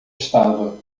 estava